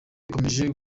ikomeje